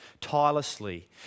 tirelessly